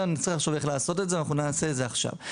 אנחנו נחשוב איך לעשות את זה ונעשה את זה עכשיו.